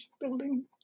Building